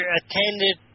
attended